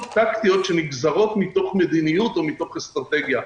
טקטיות שנגזרות מתוך מדיניות או מתוך אסטרטגיה.